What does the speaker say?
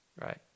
right